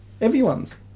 everyone's